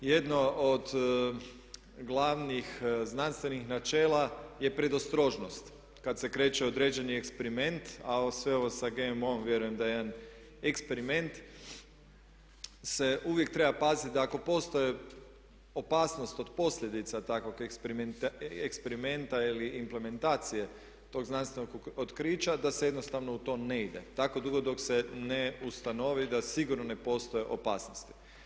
Jedno od glavnih znanstvenih načela je predostrožnost, kada se kreće u određeni eksperiment a sve ovo sa GMO-om vjerujem da je jedan eksperiment se uvijek treba paziti da ako postoji opasnost od posljedica takvog eksperimenta ili implementacije tog znanstvenog otkrića da se jednostavno u to ne ide tako dugo dok se ne ustanovi da sigurno ne postoje opasnosti.